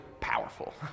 powerful